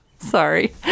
Sorry